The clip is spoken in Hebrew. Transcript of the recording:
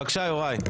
בבקשה, יוראי.